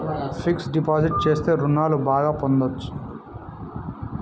fixed deposit చేస్తే రుణాలు బాగా పొందొచ్చు